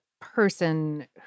person